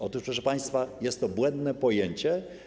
Otóż, proszę państwa, jest to błędne pojęcie.